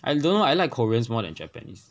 I don't know I like koreans more than japanese